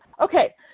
Okay